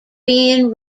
being